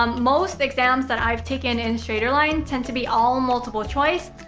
um most exams that i've taken in straighterline tend to be all multiple choice.